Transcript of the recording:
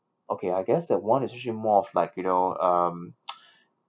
okay I guess that one is usually more of like you know um